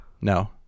No